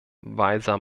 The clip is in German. weiser